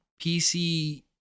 PC